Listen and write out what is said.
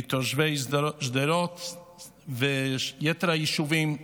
מתושבי שדרות ויתר היישובים.